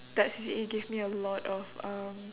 that C_C_A gave me a lot of um